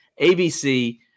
ABC